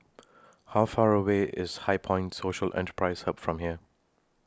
How Far away IS HighPoint Social Enterprise Hub from here